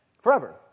forever